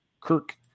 Kirk